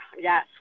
Yes